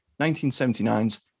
1979's